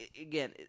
again